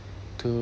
to